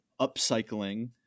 upcycling